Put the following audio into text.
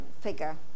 figure